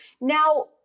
Now